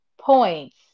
points